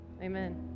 amen